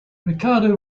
ricardo